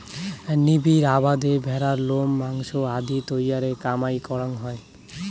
নিবিড় আবাদে ভ্যাড়ার লোম, মাংস আদি তৈয়ারের কামাই করাং হই